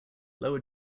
lower